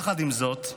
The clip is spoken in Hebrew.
עם זאת,